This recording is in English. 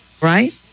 right